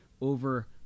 over